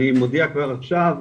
אני מודיע כבר עכשיו,